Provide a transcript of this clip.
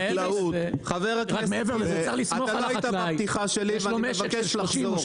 אתה לא היית בפתיחה שלי ואני מבקש לחזור.